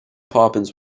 poppins